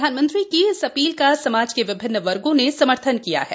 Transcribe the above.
प्रधानमंत्री की इस अपील का समाज के विभिन्न वर्गो ने समर्थन किया है